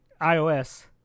iOS